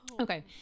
okay